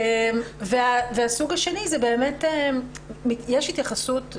שמתי התקנים בהרדמה,